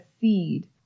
seed